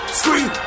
scream